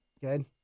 good